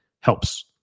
helps